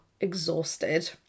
exhausted